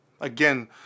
Again